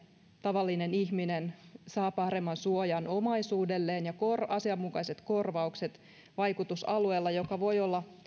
tavallinen ihminen saa paremman suojan omaisuudelleen ja asianmukaiset korvaukset vaikutusalueella joka voi olla